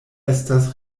estas